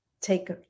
take